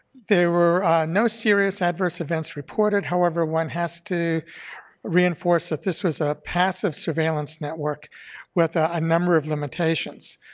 there were no serious adverse events reported, however, one has to reinforce that this was a passive surveillance network with ah a number of limitations.